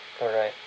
correct